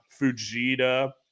Fujita